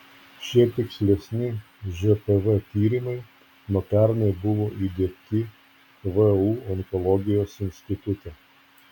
šie tikslesni žpv tyrimai nuo pernai buvo įdiegti vu onkologijos institute